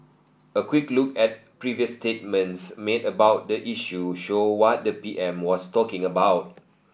a quick look at previous statements made about the issue show what the P M was talking about